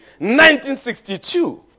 1962